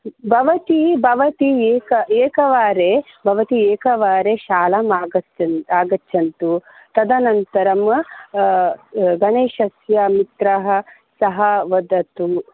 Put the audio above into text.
भवती भवती एक एकवारं भवती एकवारं शालाम् आगच्छन् आगच्छन्तु तदनन्तरं वा गणेशस्य मित्रं सः वदतु